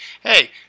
Hey